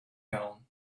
gown